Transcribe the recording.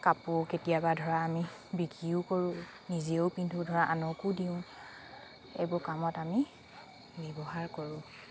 কাপোৰ কেতিয়াবা ধৰা আমি বিক্ৰীও কৰোঁ নিজেও পিন্ধো ধৰা আনকো দিওঁ এইবোৰ কামত আমি ব্য়ৱহাৰ কৰোঁ